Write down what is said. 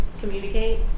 Communicate